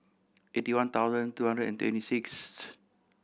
eighty one thousand two hundred and twenty sixth